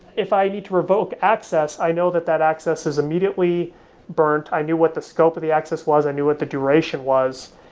if i need to revoke access, i know that that access is immediately burnt. i knew what the scope of the access was, i knew what the duration was,